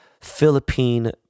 Philippine